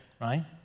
right